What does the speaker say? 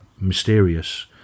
mysterious